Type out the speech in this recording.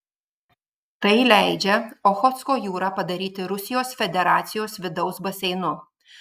tai leidžia ochotsko jūrą padaryti rusijos federacijos vidaus baseinu